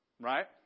right